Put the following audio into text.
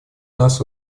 нас